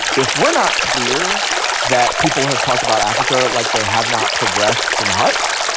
if we're not clear that people have talked about africa like they have not progressed from huts,